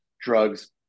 drugs